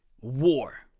war